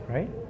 Right